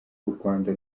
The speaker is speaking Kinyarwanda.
rwanda